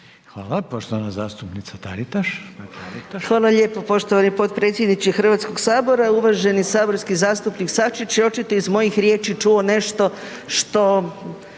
**Mrak-Taritaš, Anka (GLAS)** Hvala lijepo. Poštovani predsjedniče Hrvatskog sabora. Uvaženi saborski zastupnik Sačić je očito iz mojih riječi čuo nešto što